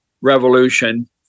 revolution